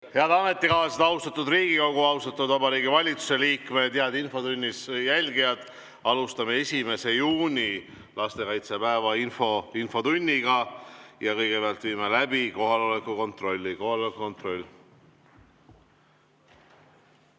Head ametikaaslased! Austatud Riigikogu! Austatud Vabariigi Valitsuse liikmed! Head infotunni jälgijad! Alustame 1. juuni, lastekaitsepäeva infotundi ja kõigepealt viime läbi kohaloleku kontrolli.